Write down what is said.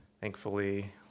thankfully